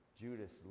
Judas